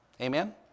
Amen